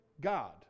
God